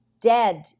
dead